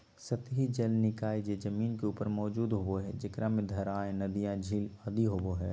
सतही जल निकाय जे जमीन के ऊपर मौजूद होबो हइ, जेकरा में धाराएँ, नदियाँ, झील आदि होबो हइ